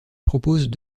proposent